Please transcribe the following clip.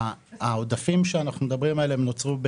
העודפים שאנחנו מדברים עליהם נוצרו,